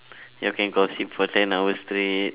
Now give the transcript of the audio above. y'all can gossip for ten hours straight